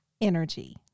energy